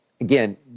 again